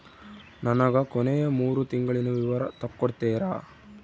ನನಗ ಕೊನೆಯ ಮೂರು ತಿಂಗಳಿನ ವಿವರ ತಕ್ಕೊಡ್ತೇರಾ?